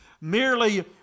merely